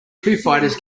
fighters